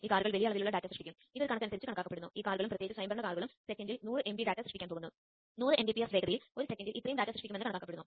ZigBee യിലെ ആശയവിനിമയ ശ്രേണി 10 മുതൽ 100 മീറ്റർ വരെ വ്യത്യാസപ്പെടുന്നു